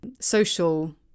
social